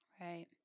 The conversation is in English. Right